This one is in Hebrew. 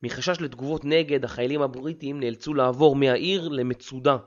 מחשש לתגובות נגד. החיילים הבריטים נאלצו לעבור מהעיר למצודה